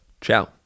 ciao